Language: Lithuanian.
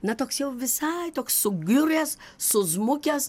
na toks jau visai toks sugiuręs suzmukęs